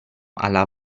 alla